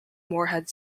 morehead